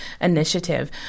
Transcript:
initiative